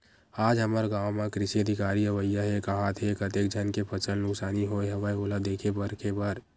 आज हमर गाँव म कृषि अधिकारी अवइया हे काहत हे, कतेक झन के फसल नुकसानी होय हवय ओला देखे परखे बर